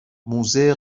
موزه